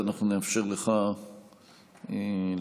נאפשר לך לדבר.